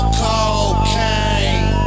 cocaine